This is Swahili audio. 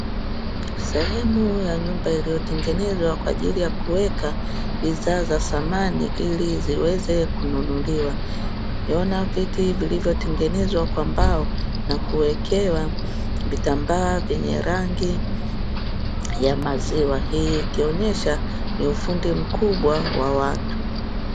Sehemu ya nyumba iliyotengeneza kwa ajili ya kuweka bidhaa za thamani ili ziweze kununuliwa, tukiona viti vilivyotengenezwa kwa mbao, na kuwekewa vitambaa vyenye rangi ya maziwa hii ikionyesha ni ufundi mkubwa wa watu.